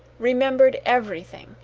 remembered everything,